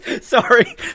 Sorry